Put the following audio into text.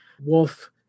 Wolf